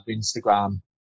Instagram